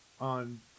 on